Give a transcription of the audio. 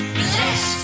bless